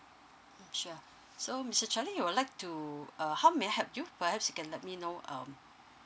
sure so mister charlie you would like to uh how may I help you perhaps you can let me know um